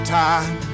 time